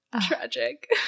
Tragic